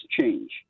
change